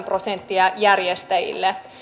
prosenttia järjestäjille